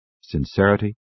sincerity